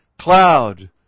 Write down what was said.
cloud